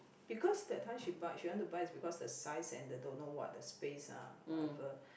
because that time she buy she want to buy is because the size and don't know what the space ah whatever